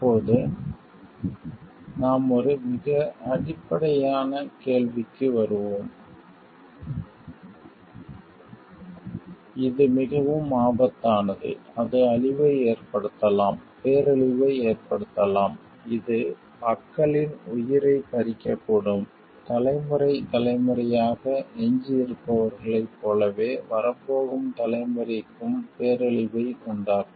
இப்போது நாம் ஒரு மிக அடிப்படையான கேள்விக்கு வருவோம் இது மிகவும் ஆபத்தானது அது அழிவை ஏற்படுத்தலாம் பேரழிவை ஏற்படுத்தலாம் இது மக்களின் உயிரைப் பறிக்கக்கூடும் தலைமுறை தலைமுறையாக எஞ்சியிருப்பவர்களைப் போலவே வரப்போகும் தலைமுறைகளுக்கும் பேரழிவை உண்டாக்கும்